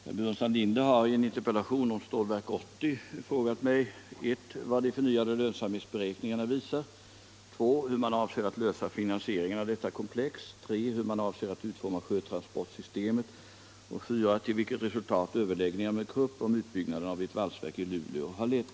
Herr talman! Herr Burenstam Linder har i en interpellation om Stålverk 80 frågat mig 2. hur man avser att lösa finansieringen av detta komplex, 3. hur man avser att utforma sjötransportsystemet och 4. till vilket resultat överläggningarna med Krupp om utbyggnaden av ett valsverk i Luleå har lett.